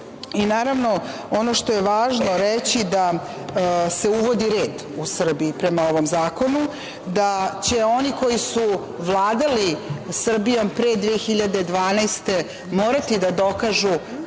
naravno, ono što je važno reći, a to je da se uvodi red u Srbiji prema ovom zakonu, da će oni koji su vladali Srbijom pre 2012. godine, morati da dokažu